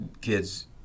kids